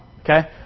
Okay